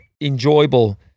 enjoyable